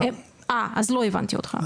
אז לא הבנתי אותך.